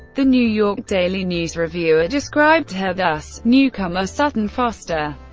the new york daily news reviewer described her thus newcomer sutton foster,